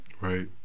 Right